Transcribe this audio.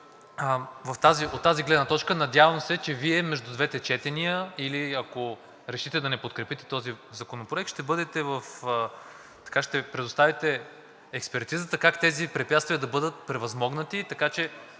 От тази гледна точка, надявам се, че Вие между двете четения или ако решите да не подкрепите този законопроект, ще предоставите експертизата как тези препятствия да бъдат превъзмогнати, така че